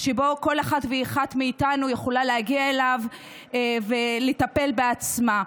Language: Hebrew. שבו כל אחת ואחת מאיתנו יכולה להגיע אליו ולטפל בעצמה.